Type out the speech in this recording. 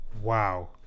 Wow